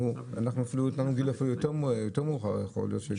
אנחנו אפילו נתנו גיל יותר מאוחר יכול להיות.